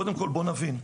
קודם כל בוא נבין,